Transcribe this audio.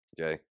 okay